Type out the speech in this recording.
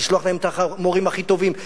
לשלוח להם את המורים הכי טובים בכימיה,